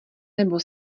nebo